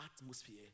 atmosphere